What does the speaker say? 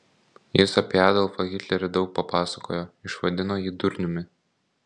jis apie adolfą hitlerį daug papasakojo išvadino jį durniumi